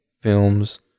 films